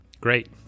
great